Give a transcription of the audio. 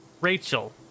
Rachel